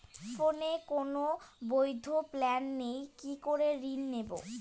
ফোনে কোন বৈধ প্ল্যান নেই কি করে ঋণ নেব?